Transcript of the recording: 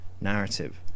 narrative